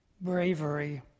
bravery